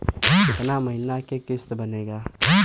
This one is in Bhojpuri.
कितना महीना के किस्त बनेगा?